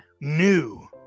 new